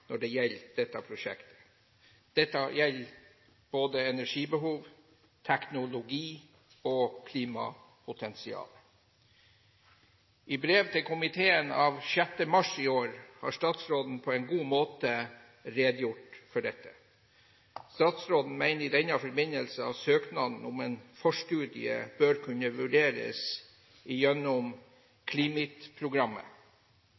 når det gjelder dette prosjektet. Det gjelder både energibehov, teknologi og klimapotensial. I brev til komiteen av 6. mars i år har statsråden på en god måte redegjort for dette. Statsråden mener i denne forbindelse at søknaden om en forstudie bør kunne vurderes